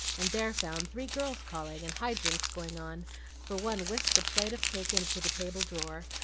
and there found three girls calling, and high jinks going on for one whisked a plate of cake into the table drawer,